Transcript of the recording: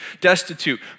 destitute